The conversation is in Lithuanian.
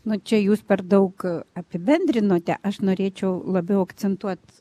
nu čia jūs per daug apibendrinote aš norėčiau labiau akcentuot